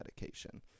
medication